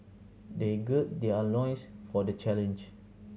they gird their loins for the challenge